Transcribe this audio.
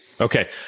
Okay